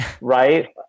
right